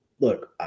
Look